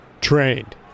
Trained